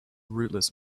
rootless